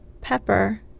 pepper